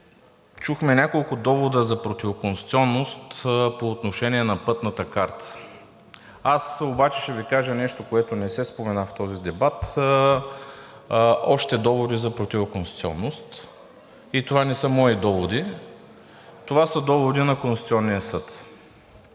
чухме няколко довода за противоконституционност по отношение на Пътната карта. Аз обаче ще Ви кажа нещо, което не се спомена в този дебат – още доводи за противоконституционност и това не са мои доводи. Това са доводи на Конституционния съд